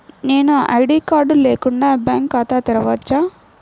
నేను ID card లేకుండా bank ఖాతా తెరవచ్చా?